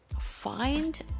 find